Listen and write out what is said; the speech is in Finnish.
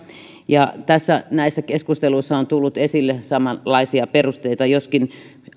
ja näissä keskusteluissa on tullut esille samanlaisia perusteita joskin